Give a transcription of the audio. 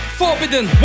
forbidden